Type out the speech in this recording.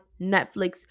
netflix